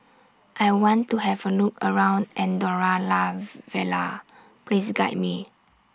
I want to Have A Look around Andorra La Vella Please Guide Me